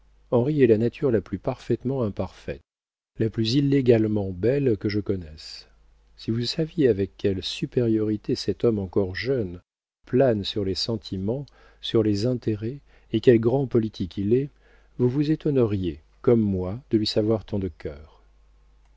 est la nature la plus parfaitement imparfaite la plus illégalement belle que je connaisse si vous saviez avec quelle supériorité cet homme encore jeune plane sur les sentiments sur les intérêts et quel grand politique il est vous vous étonneriez comme moi de lui savoir tant de cœur